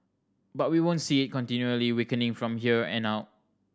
but we won't see it continually weakening from here an out